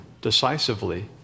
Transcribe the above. decisively